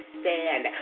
stand